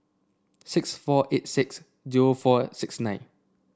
six four eight six zero four six nine